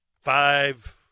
five